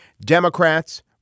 Democrats